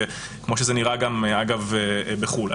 כמו שזה נראה אגב בחו"ל.